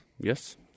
Yes